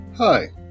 Hi